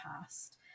past